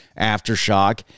Aftershock